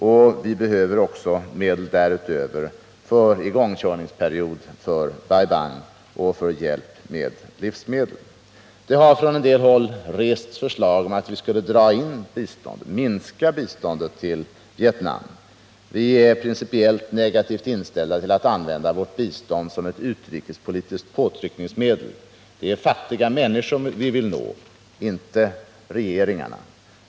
Därutöver behöver vi medel till en igångkörningsperiod för Bai Bang och för hjälp med livsmedel. Det har från en del håll väckts förslag om att vi skulle dra in eller minska biståndet till Vietnam. Vi är principiellt negativt inställda till att använda vårt bistånd som ett utrikespolitiskt påtryckningsmedel. Det är fattiga människor vi vill nå, inte regeringarna.